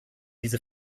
diese